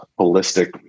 holistic